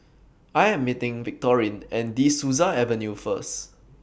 I Am meeting Victorine At De Souza Avenue First